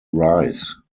rice